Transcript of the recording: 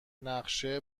نقشه